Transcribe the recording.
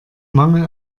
mangel